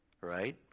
right